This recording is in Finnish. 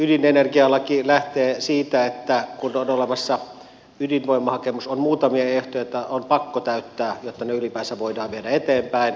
ydinenergialaki lähtee siitä että kun on olemassa ydinvoimahakemus on muutamia ehtoja joita on pakko täyttää jotta hakemus ylipäänsä voidaan viedä eteenpäin